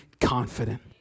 confident